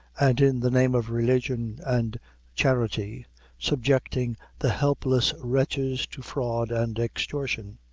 and in the name of religion and charity subjecting the helpless wretches to fraud and extortion.